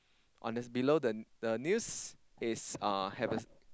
on this below below the news is uh heavens